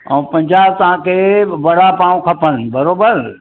ऐं पंजाहु तव्हांखे वड़ापाव खपनि बराबरि